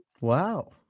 Wow